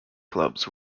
clubs